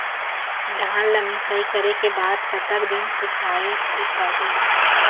धान ला मिसाई करे के बाद कतक दिन सुखायेक चाही?